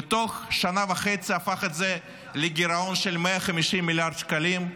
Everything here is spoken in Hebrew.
ותוך שנה וחצי הפך את זה לגירעון של 150 מיליארד שקלים,